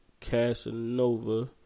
Casanova